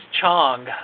Chong